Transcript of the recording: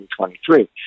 2023